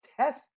test